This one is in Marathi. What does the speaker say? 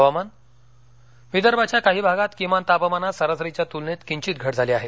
हवामान विदर्भाच्या काही भागात किमान तापमानात सरासरीच्या तुलनेत किंचित घट झाली आहे